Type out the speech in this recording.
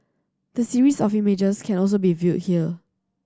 the series of images can also be viewed here